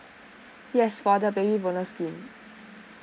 yes for the baby bonus scheme